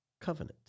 covenant